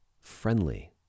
friendly